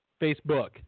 Facebook